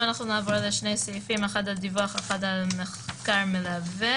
נעבור לשני סעיפים אחד על דיווח ואחד על מחקר מלווה